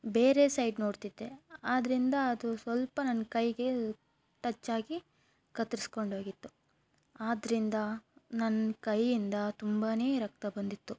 ಬೇರೆ ಸೈಡ್ ನೋಡ್ತಿದ್ದೆ ಆದ್ದರಿಂದ ಅದು ಸ್ವಲ್ಪ ನನ್ನ ಕೈಗೆ ಟಚ್ ಆಗಿ ಕತ್ತರ್ಸ್ಕೊಂಡೋಗಿತ್ತು ಆದ್ದರಿಂದ ನನ್ನ ಕೈಯಿಂದ ತುಂಬಾ ರಕ್ತ ಬಂದಿತ್ತು